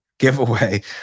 giveaway